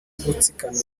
gutsikamira